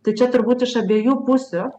tai čia turbūt iš abiejų pusių